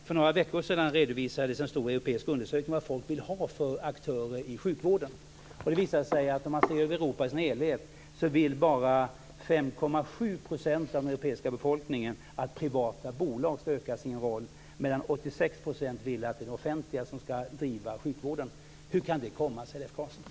För några veckor sedan redovisades en stor europeisk undersökning om vad folk vill ha för aktörer i sjukvården. Ser man till Europa i sin helhet visar det sig att bara 5,7 % av den europeiska befolkningen vill att privata bolag ska öka sin roll, medan 86 % vill att det offentliga ska driva sjukvården. Hur kan det komma sig, Leif Carlson?